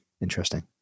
Interesting